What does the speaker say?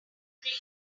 clean